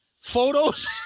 photos